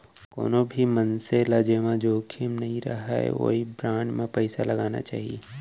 कोनो भी मनसे ल जेमा जोखिम नइ रहय ओइ बांड म पइसा लगाना चाही